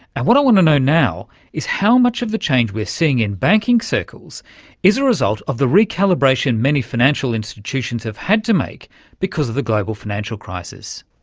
and what i want to know now is how much of the change we're seeing in banking circles is a result of the recalibration many financial institutions have had to make because of the global financial crisis.